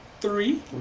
three